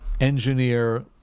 engineer